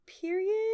period